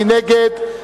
מי נגד?